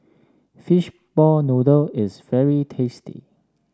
Fishball Noodle is very tasty